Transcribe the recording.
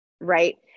right